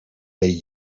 bell